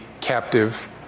captive